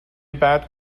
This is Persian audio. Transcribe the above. بعد